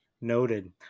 Noted